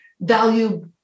value